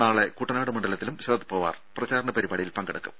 നാളെ കുട്ടനാട് മണ്ഡലത്തിലും ശരത് പവാർ പ്രചാരണ പരിപാടിയിൽ പങ്കെടുക്കും